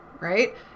right